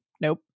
nope